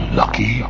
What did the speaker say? lucky